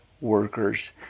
workers